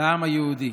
לעם היהודי.